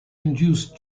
induced